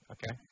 Okay